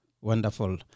Wonderful